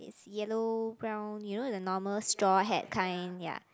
yellow brown you know the normal straw hat kind ya